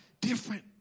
Different